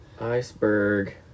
Iceberg